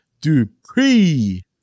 Dupree